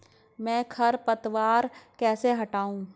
मैं खरपतवार कैसे हटाऊं?